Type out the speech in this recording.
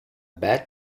bad